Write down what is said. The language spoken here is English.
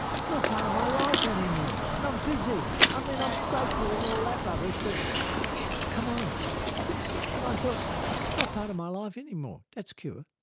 it's not part of my life anymore and i'm busy. i mean, i'm grateful and all that rubbish but c'mon. and i thought not part of my life anymore, that's cure.